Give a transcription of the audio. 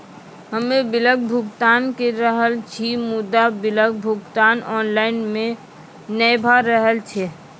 हम्मे बिलक भुगतान के रहल छी मुदा, बिलक भुगतान ऑनलाइन नै भऽ रहल छै?